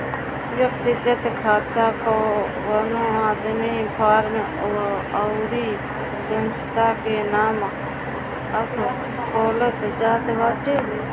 व्यक्तिगत खाता कवनो आदमी, फर्म अउरी संस्था के नाम पअ खोलल जात बाटे